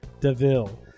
DeVille